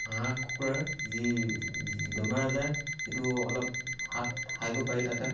হাঁহ কুকুৰাৰ যি বেমাৰ আজাৰ সেইটো অলপ হাতসাৰিব পাৰি তাতে